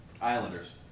Islanders